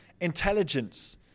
intelligence